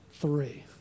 three